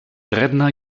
redner